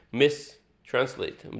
mistranslate